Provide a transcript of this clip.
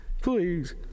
Please